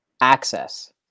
access